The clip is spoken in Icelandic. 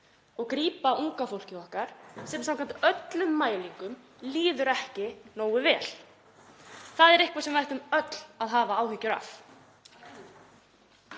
og grípa unga fólkið okkar sem samkvæmt öllum mælingum líður ekki nógu vel. Það er eitthvað sem við ættum öll að hafa áhyggjur af.